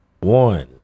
one